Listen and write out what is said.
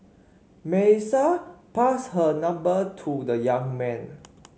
Melissa passed her number to the young man